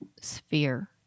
Sphere